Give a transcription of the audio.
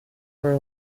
for